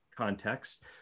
context